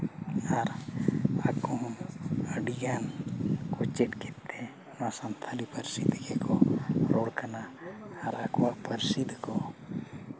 ᱟᱨ ᱟᱠᱚᱦᱚᱸ ᱟᱹᱰᱤᱜᱟᱱ ᱠᱚ ᱪᱮᱫ ᱠᱮᱜ ᱛᱮ ᱱᱚᱣᱟ ᱥᱟᱱᱛᱟᱲᱤ ᱯᱟᱹᱨᱥᱤ ᱛᱮᱜᱮ ᱠᱚ ᱨᱚᱲ ᱠᱟᱱᱟ ᱟᱨ ᱟᱠᱚᱣᱟᱜ ᱯᱟᱹᱨᱥᱤ ᱛᱮᱠᱚ